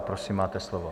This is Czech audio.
Prosím, máte slovo.